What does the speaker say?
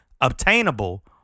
obtainable